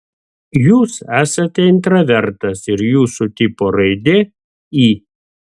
jūs esate intravertas ir jūsų tipo raidė i